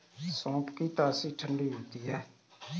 सौंफ की तासीर ठंडी होती है